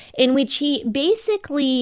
in which he basically